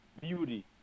beauty